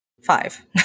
five